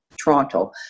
Toronto